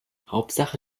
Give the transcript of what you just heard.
hauptsache